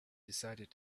decided